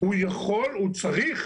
הוא יכול, הוא צריך